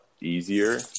easier